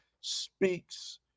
speaks